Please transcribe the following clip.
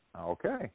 Okay